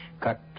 cut